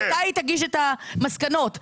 מתי היא תגיש את המסקנות שלה,